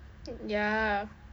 ya